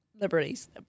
liberties